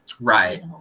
right